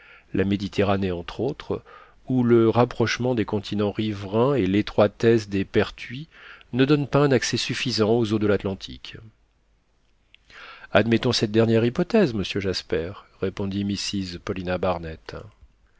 la méditerranée entre autres où le rapprochement des continents riverains et l'étroitesse des pertuis ne donnent pas un accès suffisant aux eaux de l'atlantique admettons cette dernière hypothèse monsieur jasper répondit mrs paulina barnett